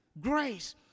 grace